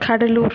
Cuddalore